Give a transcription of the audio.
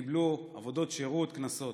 וקיבלו עבודות שירות, קנסות.